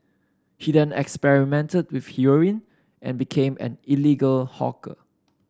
he then experimented with heroin and became an illegal hawker